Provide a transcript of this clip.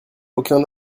aucun